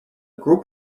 group